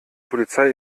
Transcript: polizei